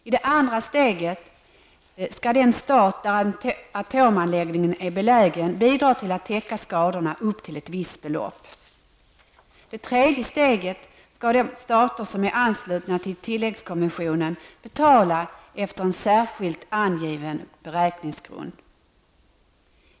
I det andra steget skall den stat där atomanläggningen är belägen bidra till att täcka skadorna upp till ett visst belopp. I det tredje steget skall de stater som är anslutna till tilläggskonventionen betala efter en särskilt angiven beräkningsgrund.